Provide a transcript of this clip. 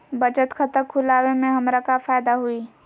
बचत खाता खुला वे में हमरा का फायदा हुई?